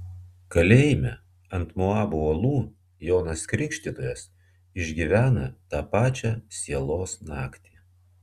kalėjime ant moabo uolų jonas krikštytojas išgyvena tą pačią sielos naktį